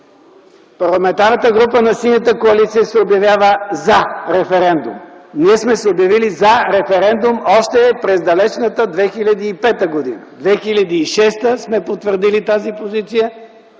Парламентарната група на Синята коалиция се обявява „за” референдум. Ние сме се обявили „за” референдум още през далечната 2005 г. През 2006 г. сме потвърдили тази позиция